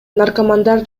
наркомандар